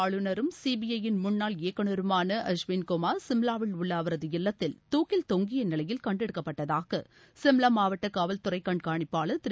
மணிப்பூர் நாகாலாந்தின் ஆளுநரும் சிபிஐயின் முன்னாள் இயக்குநருமான அஷ்வின் குமார் சிம்லாவில் உள்ள அவரது இல்லத்தில் தூக்கில் தொங்கிய நிலையில் கண்டெடுக்கப்பட்டதாக சிம்லா மாவட்ட காவல் துறை கண்காணிப்பாளர் திரு